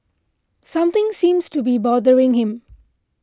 something seems to be bothering him